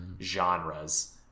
genres